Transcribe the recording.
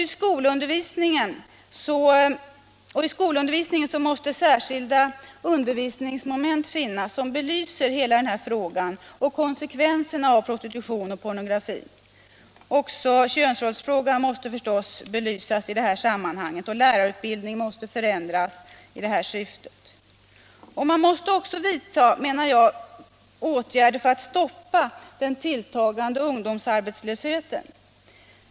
I skolundervisningen måste särskilda undervisningsmoment finnas som belyser hela den här frågan och konsekvenserna av prostitution och pornografi. Också könsrollsfrågan måste förstås belysas i det sammanhanget. Lärarutbildningen måste förändras i detta syfte. Man måste också vidta, menar jag, åtgärder för att stoppa den tilltagande ungdomsarbetslösheten.